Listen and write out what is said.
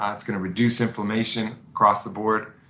ah it's going to reduce inflammation across the board.